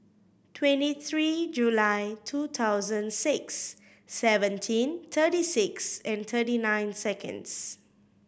twenty three July two thousand six seventeen thirty six thirty nine seconds